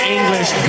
English